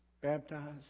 baptized